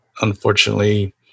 unfortunately